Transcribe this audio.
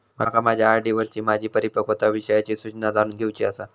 माका माझ्या आर.डी वरची माझी परिपक्वता विषयची सूचना जाणून घेवुची आसा